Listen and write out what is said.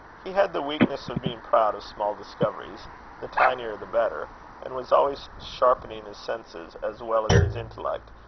he had the weakness of being proud of small discoveries the tinier the better and was always sharpening his senses, as well as his intellect,